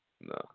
No